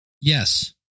Yes